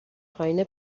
پایین